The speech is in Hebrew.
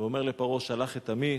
ואומר לפרעה: שלח את עמי,